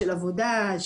של עבודה,